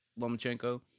Lomachenko